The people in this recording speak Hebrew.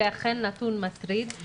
זה אכן נתון מטריד.